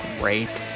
great